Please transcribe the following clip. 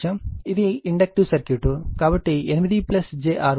ఇది inductive circuit కాబట్టి 8 j 6 Ω